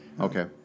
Okay